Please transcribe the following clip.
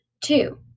two